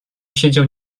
siedział